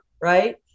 right